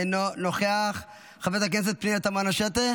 אינו נוכח, חברת הכנסת פנינה תמנו שטה